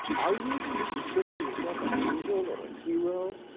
are you? do you consider yourself an angel or ah hero?